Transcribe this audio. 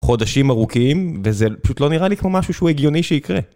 חודשים ארוכים וזה פשוט לא נראה לי כמו משהו שהוא הגיוני שיקרה.